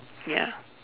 ya